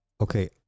Okay